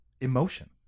emotion